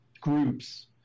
groups